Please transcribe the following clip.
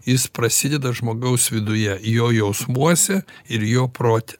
jis prasideda žmogaus viduje jo jausmuose ir jo prote